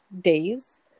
days